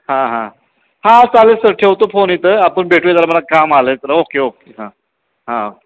हां हां हां चालेल सर ठेवतो फोन इथं आपण भेटूया जरा मला काम आलं आहे ओके ओके हां हां ओके